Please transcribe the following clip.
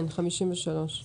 תקנה 53, בבקשה.